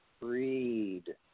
Read